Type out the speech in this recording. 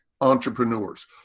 entrepreneurs